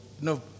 No